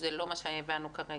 זה לא מה שהבנו כרגע.